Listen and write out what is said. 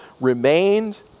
remained